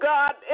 God